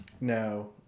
No